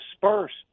dispersed